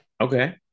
Okay